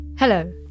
Hello